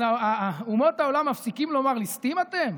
אז אומות העולם מפסיקות לומר: ליסטים אתם?